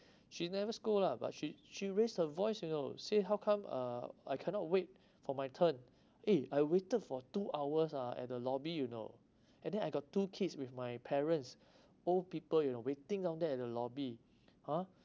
she never scold lah but she she raised her voice you know say how come uh I cannot wait for my turn eh I waited for two hours ah at the lobby you know and then I got two kids with my parents old people you know waiting down there at the lobby ha